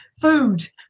food